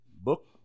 book